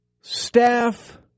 staff